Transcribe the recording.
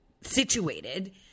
situated